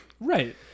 right